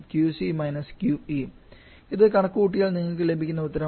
𝑄𝐶 − 𝑄𝐸 ഇത് കണക്കുകൂട്ടിയാൽ നിങ്ങൾക്ക് ലഭിക്കുന്ന ഉത്തരം 1